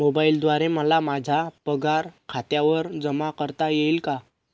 मोबाईलद्वारे मला माझा पगार खात्यावर जमा करता येईल का?